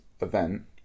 event